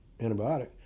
antibiotic